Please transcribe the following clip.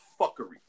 fuckery